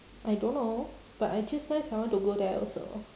I don't know but I just nice I want to go there also